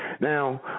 Now